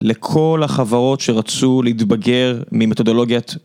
לכל החברות שרצו להתבגר ממתודולוגיית.